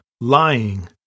lying